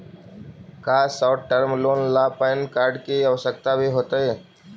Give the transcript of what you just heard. का short term loan ला PAN card की आवश्यकता भी होतइ